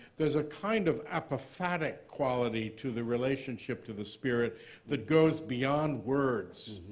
there's a kind of apophatic quality to the relationship to the spirit that goes beyond words,